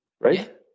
Right